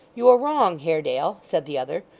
you are wrong, haredale said the other,